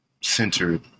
centered